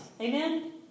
amen